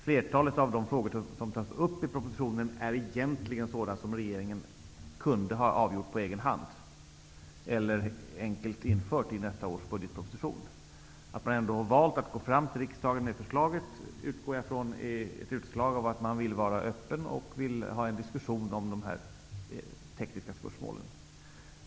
Flertalet av de frågor som tas upp i propositionen är egentligen sådana som regeringen kunde ha avgjort på egen hand eller enkelt infört i nästa års budgetproposition. Att regeringen ändå valt att gå fram till riksdagen med förslaget är, utgår jag ifrån, ett utslag av en vilja att vara öppen och föra en diskussion om de tekniska spörsmålen.